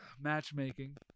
Matchmaking